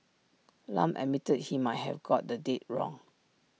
Lam admitted he might have got the date wrong